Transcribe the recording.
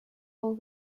all